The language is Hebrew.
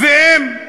מה זה,